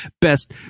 best